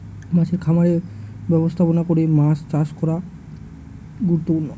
মাছের খামারের ব্যবস্থাপনা করে মাছ চাষ করা গুরুত্বপূর্ণ